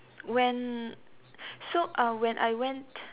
when so uh when I went